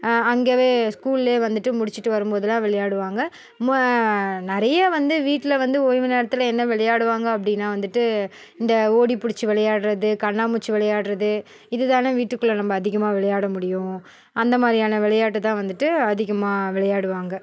அங்கவே ஸ்கூல்லே வந்துட்டு முடிச்சிட்டு வரும்போதெலாம் விளையாடுவாங்க மொ நிறைய வந்து வீட்டில் வந்து ஓய்வு நேரத்தில் என்ன விளையாடுவாங்க அப்படினா வந்துட்டு இந்த ஓடிப்பிடிச்சி விளையாடுறது கண்ணாம்பூச்சி விளையாடுறது இதுதானே வீட்டுக்குள்ள நம்ம அதிகமாக விளையாட முடியும் அந்த மாதிரியான விளையாட்டுதான் வந்துட்டு அதிகமாக விளையாடுவாங்க